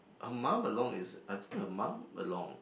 her mum along is I think her mum along